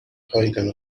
پائیدن